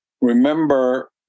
Remember